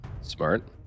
Smart